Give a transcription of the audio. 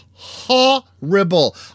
Horrible